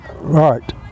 Right